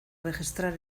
registrar